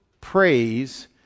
praise